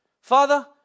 Father